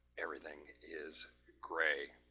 everything is gray.